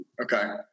Okay